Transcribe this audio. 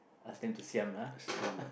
ask them to siam lah